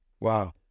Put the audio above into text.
Wow